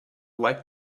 like